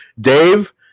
Dave